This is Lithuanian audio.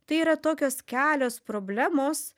tai yra tokios kelios problemos